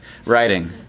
Writing